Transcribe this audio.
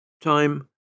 Time